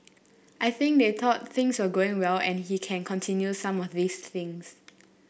I think they thought things were going well and he can continue some of these things